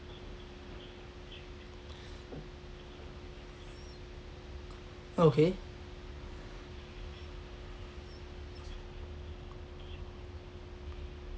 okay